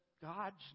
God's